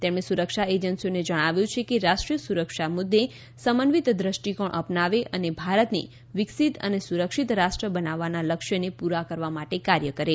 તેમણે સુરક્ષા એજન્સીઓને જણાવ્યું કે રાષ્ટ્રીય સુરક્ષા મુદ્દે સમન્વિત દૃષ્ટિકોણ અપનાવે અને ભારતને વિકસિત અને સુરક્ષિત રાષ્ટ્ર બનાવવાના લક્ષ્યને પૂરા કરવા માટે કાર્ય કરે